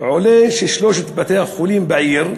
עולה ששלושת בתי-החולים בעיר נצרת,